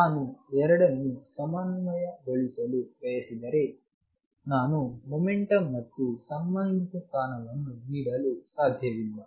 ನಾನು ಎರಡನ್ನು ಸಮನ್ವಯಗೊಳಿಸಲು ಬಯಸಿದರೆ ನಾನು ಮೊಮೆಂಟಂ ಮತ್ತು ಸಂಬಂಧಿತ ಸ್ಥಾನವನ್ನು ನೀಡಲು ಸಾಧ್ಯವಿಲ್ಲ